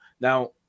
Now